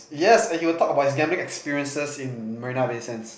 yes and he will talk about his gambling experiences in Marina Bay Sands